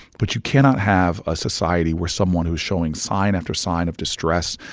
but you cannot have a society where someone who is showing sign after sign of distress,